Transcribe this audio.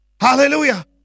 Hallelujah